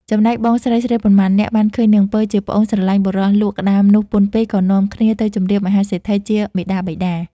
ចំណែកបងស្រីៗប៉ុន្មាននាក់បានឃើញនាងពៅជាប្អូនស្រឡាញ់បុរសលក់ក្ដាមនោះពន់ពេក ក៏នាំគ្នាទៅជម្រាបមហាសេដ្ឋីជាមាតាបិតា។